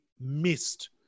missed